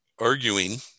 arguing